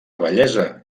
bellesa